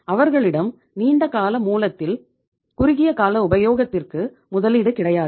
அவர்களிடம் நீண்டகால மூலத்தில் குறுகிய கால உபயோகத்திற்கு முதலீடு கிடையாது